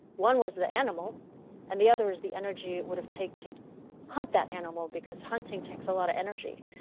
one was the animal and the other was the energy would have take to hunt that animal because hunting takes a lot of energy.